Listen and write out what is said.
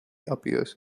appears